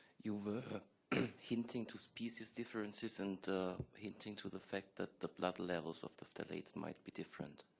you've ah hinting to species differences and hinting to the fact that the blood levels of the phthalates might be different.